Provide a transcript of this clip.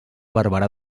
barberà